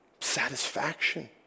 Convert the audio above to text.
satisfaction